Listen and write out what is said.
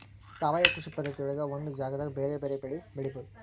ಸಾವಯವ ಕೃಷಿ ಪದ್ಧತಿಯೊಳಗ ಒಂದ ಜಗದಾಗ ಬೇರೆ ಬೇರೆ ಬೆಳಿ ಬೆಳಿಬೊದು